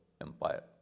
Empire